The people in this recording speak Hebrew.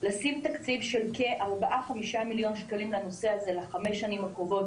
לשים תקציב של כ-4-5 מיליון שקלים לנושא הזה לחמש השנים הקרובות,